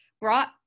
brought